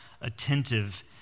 attentive